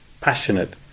passionate